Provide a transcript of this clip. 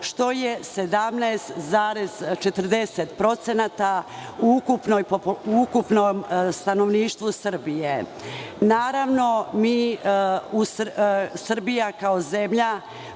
što je 17,40% od ukupnog stanovništva Srbija. Naravno, Srbija kao zemlja